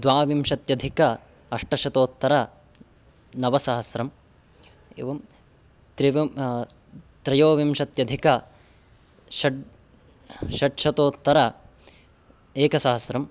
द्वाविंशत्यधिक अष्टशतोत्तर नवसहस्रम् एवं त्रिवव् त्रयोविंशत्यधिकषड् षड्शतोत्तर एकसहस्रम्